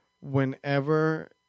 whenever